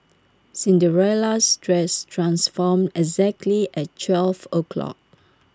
Cinderella's dress transformed exactly at twelve o'clock